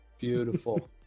Beautiful